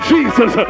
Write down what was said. Jesus